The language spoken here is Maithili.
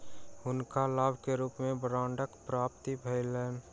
हुनका लाभ के रूप में बांडक प्राप्ति भेलैन